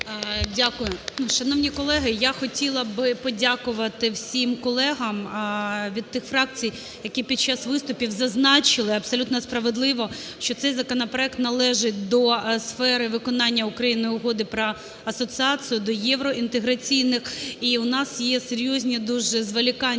Дякую. Шановні колеги, я хотіла би подякувати всім колегам від тих фракцій, які під час виступів зазначили абсолютно справедливо, що цей законопроект належить до сфери виконання Україною Угоди про асоціацію, до євроінтеграційних. І у нас є серйозні дуже зволікання